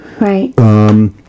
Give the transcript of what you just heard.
Right